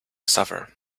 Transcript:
supper